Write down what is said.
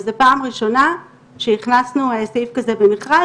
וזו פעם ראשונה שהכנסנו סעיף כזה במכרז.